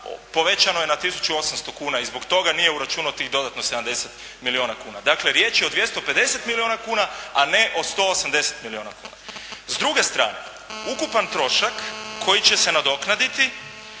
povećano je na 1.800,00 kuna i zbog toga nije uračunao tih dodatno 70 milijuna kuna. Dakle riječ je o 250 milijuna kuna, a ne o 180 milijuna kuna. S druge strane ukupan trošak koji će se nadoknaditi